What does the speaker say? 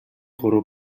гурав